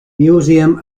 museum